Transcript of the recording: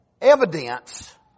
evidence